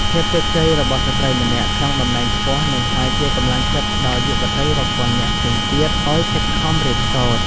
ភាពជោគជ័យរបស់ស្ត្រីម្នាក់ក្នុងតំណែងខ្ពស់នឹងក្លាយជាកម្លាំងចិត្តដល់យុវតីរាប់ពាន់នាក់ផ្សេងទៀតឱ្យខិតខំរៀនសូត្រ។